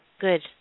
Good